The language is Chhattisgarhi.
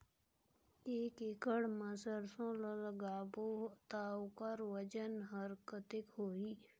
एक एकड़ मा सरसो ला लगाबो ता ओकर वजन हर कते होही?